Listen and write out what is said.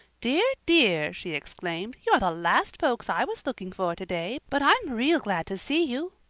dear, dear, she exclaimed, you're the last folks i was looking for today, but i'm real glad to see you.